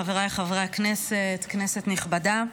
חבריי חברי הכנסת, כנסת נכבדה,